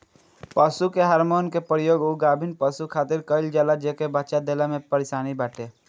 पशु के हार्मोन के प्रयोग उ गाभिन पशु खातिर कईल जाला जेके बच्चा देला में परेशानी बाटे